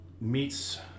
meets